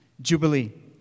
Jubilee